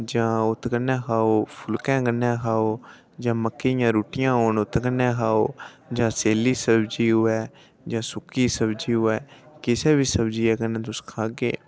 जां उत्त कन्नै खाओ जां फुलकें कन्नै खाओ जे मक्कें दियां रुट्टियां होन उत्त कन्नै ओह्दे नै खाओ जां सै'ल्ली सब्ज़ी होऐ जां सुक्की दी सब्जी होऐ किसै बी सब्ज़ियै कन्नै तुस खाह्गे